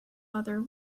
other